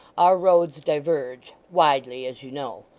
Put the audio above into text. our roads diverge widely, as you know.